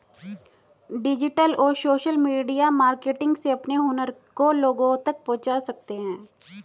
digital और social media marketing से अपने हुनर को लोगो तक पहुंचा सकते है